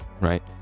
right